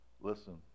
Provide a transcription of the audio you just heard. Listen